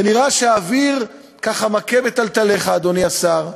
ונראה שהאוויר, ככה, מכה בתלתליך, אדוני השר,